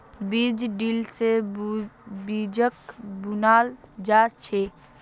बीज ड्रिल से बीजक बुनाल जा छे